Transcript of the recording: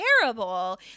terrible